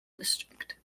district